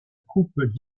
coupe